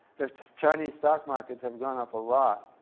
the chinese stock markets have gone up a lot.